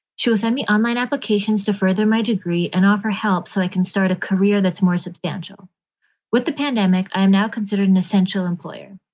choosing me online applications to further my degree and offer help so i can start a career that's more substantial with the pandemic. i am now considered an essential employee.